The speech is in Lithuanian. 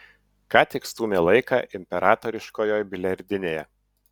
ką tik stūmė laiką imperatoriškojoj biliardinėje